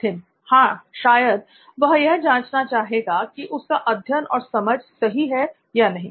नित्थिन हां शायद वह यह जांचना चाहेगा कि उसका अध्ययन और समझ सही है या नहीं